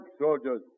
soldiers